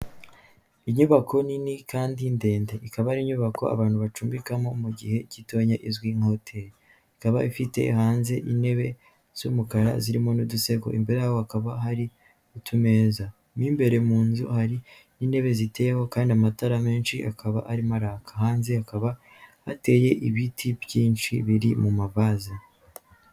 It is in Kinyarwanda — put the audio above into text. Inyubako nini kandi ndende ikaba ari inyubako abantu bacumbikamo mu gihe gitoya izwi nka hoteri ikaba ifite hanze intebe z'umukara zirimo n'udusego imbere yaho hakaba hari utumeza mo imbere mu nzu hari n'intebe ziteye kandi amatara menshi akaba arimo araka hanze hakaba hateye ibiti byinshi biri mu mavaze.